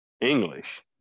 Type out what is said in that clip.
English